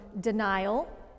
denial